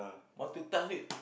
want to touch only